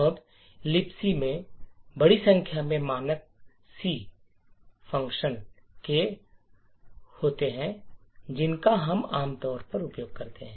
अब लिब्स में बड़ी संख्या में मानक सी फ़ंक्शन के कार्यान्वयन होते हैं जिसका हम आमतौर पर उपयोग करते हैं